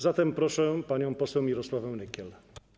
Zatem proszę panią poseł Mirosławę Nykiel.